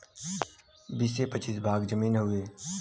बीसे पचीस भाग जमीन हउवे